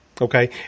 okay